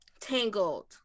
tangled